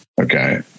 okay